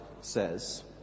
says